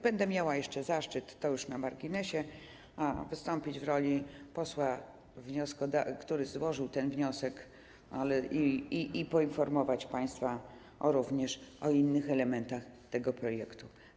Będę miała jeszcze zaszczyt, to już na marginesie, wystąpić w roli posła wnioskodawcy, który złożył ten wniosek, i poinformować państwa również o innych elementach tego projektu.